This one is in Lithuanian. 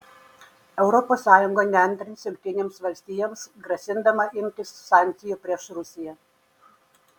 europos sąjunga neantrins jungtinėms valstijoms grasindama imtis sankcijų prieš rusiją